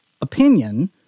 opinion